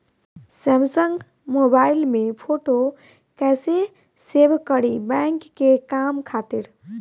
Samsung mobile में photo कैसे save करीं बैंक के काम खातिर?